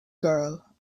girl